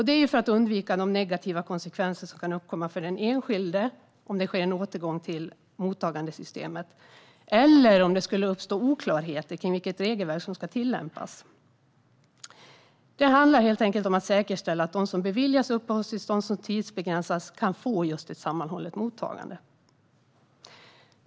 Det är för att undvika de negativa konsekvenser som kan uppkomma för den enskilde om det sker en återgång till mottagandesystemet eller om det skulle uppstå oklarheter om vilket regelverk som ska tillämpas. Det handlar helt enkelt om att säkerställa att de som beviljas uppehållstillstånd som tidsbegränsas kan få just ett sammanhållet mottagande.